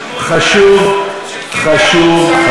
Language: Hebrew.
הוא שאמרנו, לעשירים.